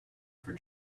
for